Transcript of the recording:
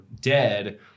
dead